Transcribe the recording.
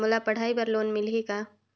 मोला पढ़ाई बर लोन मिलही का?